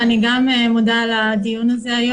אני גם מודה על הדיון הזה היום.